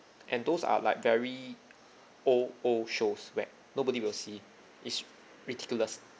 and those are like very old old shows where nobody will see is ridiculous